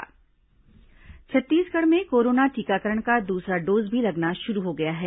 corona समाचार छत्तीसगढ़ में corona टीकाकरण का दूसरा डोज भी लगना शुरू हो गया है